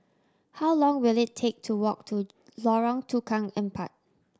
how long will it take to walk to Lorong Tukang Empat